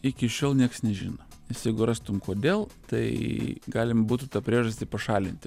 iki šiol nieks nežino nes jeigu rastum kodėl tai galima būtų tą priežastį pašalinti